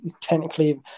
technically